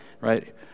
right